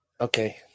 Okay